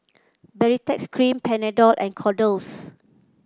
Baritex Cream Panadol and Kordel's